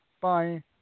Bye